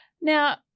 Now